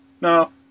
No